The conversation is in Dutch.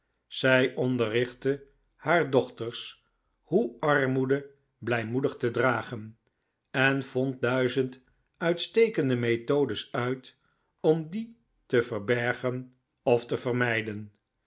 zij onderrichtte haar dochters hoe armoede blijmoedig te dragen en vond duizend uitstekende methodes uit om die te verbergen of te vermijden